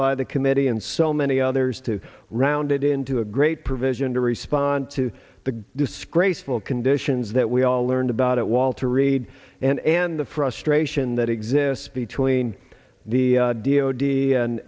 by the committee and so many others to round it into a great provision to respond to the disgraceful conditions that we all learned about at walter reed and and the frustration that exists between the